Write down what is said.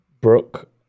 Brooke